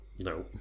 no